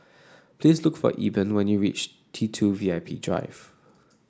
please look for Eben when you reach T two V I P Drive